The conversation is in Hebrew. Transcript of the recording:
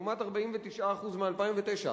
לעומת 49% ב-2009.